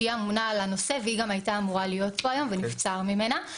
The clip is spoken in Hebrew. שהיא אמונה על הנושא והיא גם הייתה אמורה להיות פה היום ונבצר ממנה.